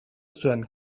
zuen